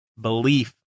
belief